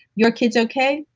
your kid's okay,